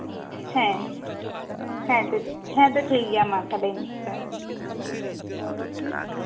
ᱦᱮᱸ ᱦᱮᱸ ᱛᱚ ᱦᱮᱸ ᱛᱚ ᱴᱷᱤᱠ ᱜᱮᱭᱟ ᱢᱟ ᱛᱟᱞᱚᱦᱮ ᱠᱟᱴᱟᱣ ᱫᱤᱧ